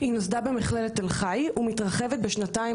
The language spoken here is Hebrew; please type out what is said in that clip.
היא נוסדה במכללת תל-חי ומתרחבת בשנתיים